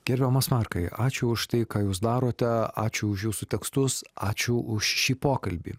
gerbiamas markai ačiū už tai ką jūs darote ačiū už jūsų tekstus ačiū už šį pokalbį